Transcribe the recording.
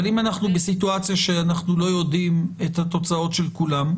אבל אם אנחנו בסיטואציה שאנחנו לא יודעים את התוצאות של כולם?